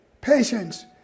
patience